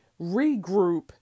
regroup